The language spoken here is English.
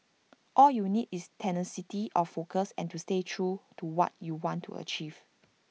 all you need is tenacity of focus and to stay true to what you want to achieve